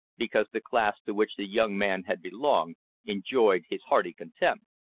because the class to which the young man had belonged enjoyed his hearty contempt.